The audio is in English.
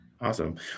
Awesome